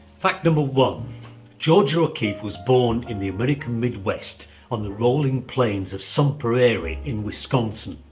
fact number one georgia o'keeffe was born in the american mid-west on the rolling plains of sun prairie in wisconsin.